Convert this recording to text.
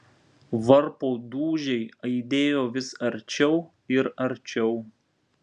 varpo dūžiai aidėjo vis arčiau ir arčiau